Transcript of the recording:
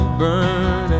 burn